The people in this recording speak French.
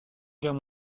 guerre